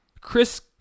Chris